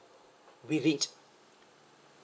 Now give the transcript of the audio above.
with it